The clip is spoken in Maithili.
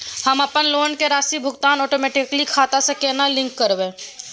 हम अपन लोन के राशि भुगतान ओटोमेटिक खाता से केना लिंक करब?